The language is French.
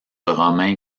romain